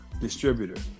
distributor